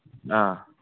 ꯑꯥ